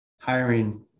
hiring